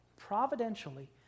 providentially